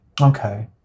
Okay